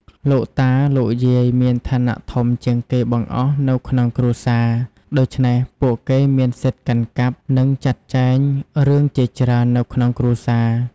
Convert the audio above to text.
លោកតា លោកយាយមានឋានៈធំជាងគេបង្អស់នៅក្នុងគ្រួសារ ដូច្នេះពួកគេមានសិទ្ធកាន់កាប់ និងចាត់ចែងរឿងជាច្រើននៅក្នុងគ្រួសារ។